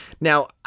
Now